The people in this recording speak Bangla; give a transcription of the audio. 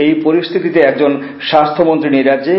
এই পরিস্থিতিতে একজন স্বাস্থ্য মন্ত্রী নেই রাজ্যে